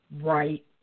right